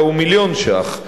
אלא הוא מיליון ש"ח,